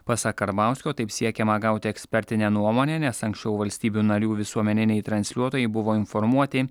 pasak karbauskio taip siekiama gauti ekspertinę nuomonę nes anksčiau valstybių narių visuomeniniai transliuotojai buvo informuoti